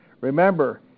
Remember